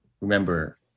remember